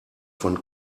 von